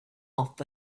off